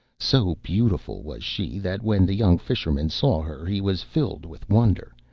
so beautiful was she that when the young fisherman saw her he was filled with wonder,